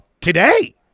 today